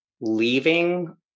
leaving